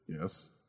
Yes